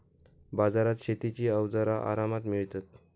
बाजारात शेतीची अवजारा आरामात मिळतत